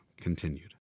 continued